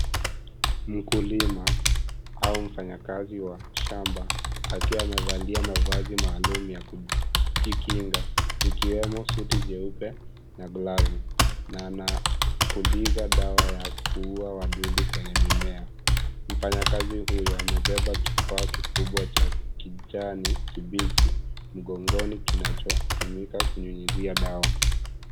Kuokolewa haufanyi kazi wa shamba akiwa amevalia mavazi maalum ya kujikinga, ikiwemo suti jeupe na glavu na anapuliza dawa ya kuua wadudu kwenye mimea. Mfanyakazi huyu amebeba kifaa kikubwa cha kijani kibichi, mgongoni kinachotumika kunyunyuzia dawa.